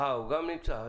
אה, הוא גם נמצא.